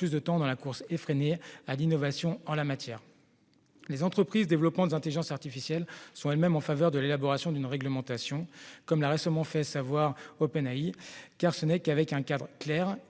du temps dans la course effrénée à l'innovation. Les entreprises développant des intelligences artificielles sont elles-mêmes en faveur de l'élaboration d'une réglementation, comme l'a récemment fait savoir OpenAI, car ce n'est qu'avec un cadre clair, assurant une